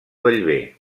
bellver